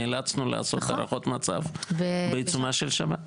נאלצנו לעשות הערכות מצב בעיצומה של שבת.